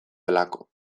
delako